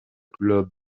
club